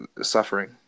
suffering